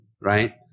right